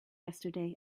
yesterday